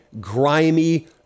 grimy